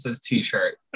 t-shirt